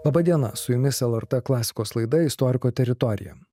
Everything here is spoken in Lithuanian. laba diena su jumis lrt klasikos laida istoriko teritorija